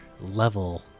level